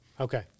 Okay